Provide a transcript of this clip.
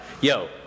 yo